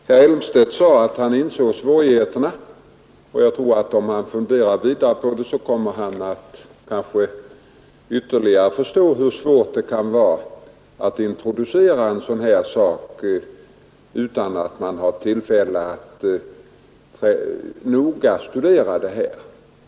Herr Elmstedt sade att han insåg svårigheterna; om han funderar vidare på problemet kommer han kanske att ytterligare förstå hur svårt det kan vara att introducera en sådan här sak utan att man haft tillfälle att noggrant studera den.